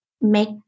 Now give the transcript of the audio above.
make